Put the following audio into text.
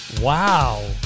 Wow